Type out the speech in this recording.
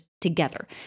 together